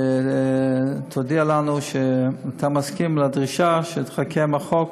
תודיע לנו שאתה מסכים לדרישה שתחכה עם החוק